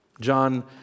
John